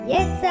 Yes